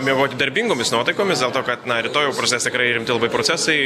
miegoti darbingomis nuotaikomis dėl to kad na rytoj jau prasidės tikrai rimti labai procesai